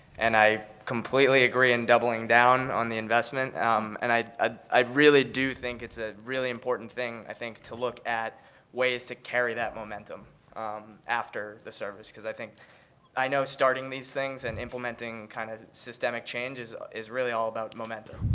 and i completely agree in doubling down on the investment, um and i ah i really do think it's a really important thing, i think, to look at ways to carry that momentum after the service, because i think i know starting these things and implementing kind of systemic change is is really all about momentum.